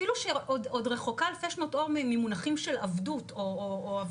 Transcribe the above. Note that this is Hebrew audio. אפילו שעוד רחוקה אלפי שנות אור ממונחים של עבדות או עבודות כפייה.